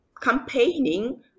campaigning